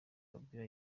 kabila